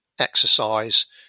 exercise